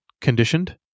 conditioned